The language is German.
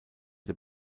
der